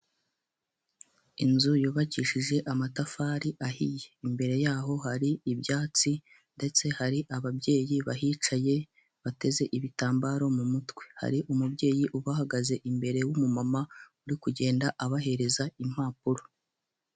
Inzu yubakishije amatafari ahiye, imbere yaho hari ibyatsi ndetse hari ababyeyi bahicaye, bateze ibitambaro mu mutwe. Hari umubyeyi ubahagaze imbere w'umumama, uri kugenda abahereza impapuro.